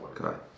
Okay